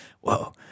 whoa